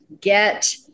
get